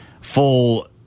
full